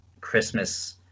Christmas